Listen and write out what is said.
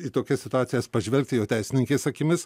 į tokias situacijas pažvelgti jau teisininkės akimis